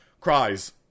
cries